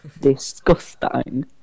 Disgusting